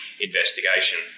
investigation